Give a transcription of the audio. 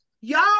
Y'all